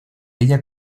ella